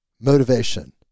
motivation